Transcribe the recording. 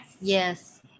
yes